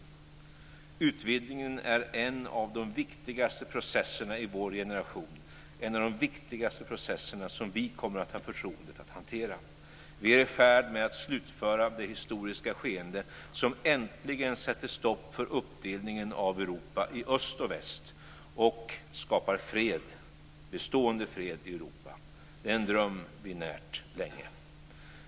Utvidgningen är en av de viktigaste processerna i vår generation, en av de viktigaste processerna som vi kommer att ha förtroendet att hantera. Vi är i färd med att slutföra det historiska skeende som äntligen sätter stopp för uppdelningen av Europa i öst och väst och skapar fred, bestående fred i Europa. Det är en dröm vi närt länge.